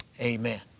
amen